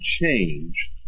change